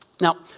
Now